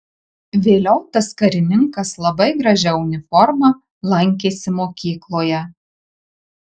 vėliau tas karininkas labai gražia uniforma lankėsi mokykloje